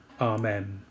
Amen